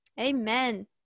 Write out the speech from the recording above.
Amen